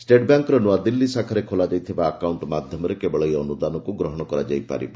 state ବ୍ୟାଙ୍କ୍ର ନୂଆଦିଲ୍ଲୀ ଶାଖାରେ ଖୋଲାଯାଇଥିବା ଆକାଉଣ୍ଟ ମାଧ୍ୟମରେ କେବଳ ଏହି ଅନୁଦାନକୁ ଗ୍ରହଣ କରାଯାଇ ପାରିବ